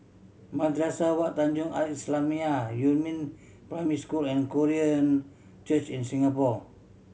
Madrasah Wak Tanjong Al Islamiah Yumin Primary School and Korean Church in Singapore